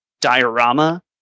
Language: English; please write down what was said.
diorama